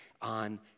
on